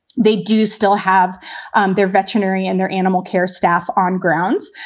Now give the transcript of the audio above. they do still have um their veterinary and their animal care staff on grounds.